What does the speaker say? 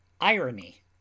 irony